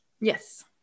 Yes